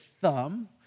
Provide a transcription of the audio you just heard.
thumb